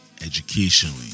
educationally